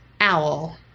owl